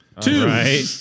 Two